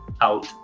out